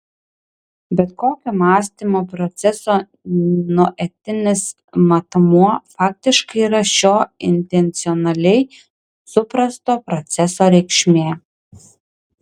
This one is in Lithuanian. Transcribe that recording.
bet kokio mąstymo proceso noetinis matmuo faktiškai yra šio intencionaliai suprasto proceso reikšmė